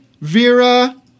Vera